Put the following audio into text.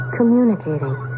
Communicating